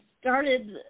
started